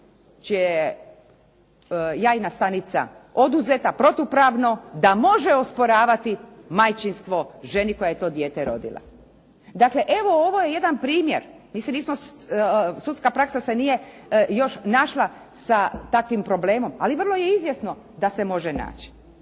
je jajna stanica oduzeta protupravno da može osporavati majčinstvo ženi koja je to dijete rodila. Dakle, evo ovo je jedan primjer. Mi se nismo, sudska praksa se još nije našla sa takvim problemom. Ali vrlo je izvjesno da se može naći.